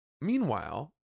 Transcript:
meanwhile